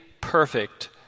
perfect